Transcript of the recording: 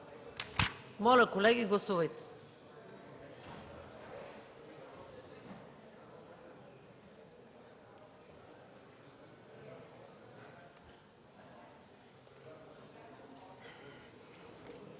Моля, колеги, гласувайте.